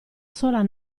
sola